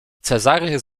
cezary